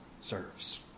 serves